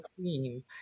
theme